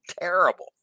terrible